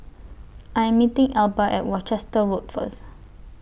I Am meeting Elba At Worcester Road First